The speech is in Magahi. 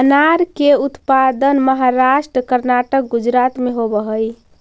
अनार के उत्पादन महाराष्ट्र, कर्नाटक, गुजरात में होवऽ हई